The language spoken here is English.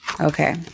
Okay